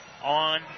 On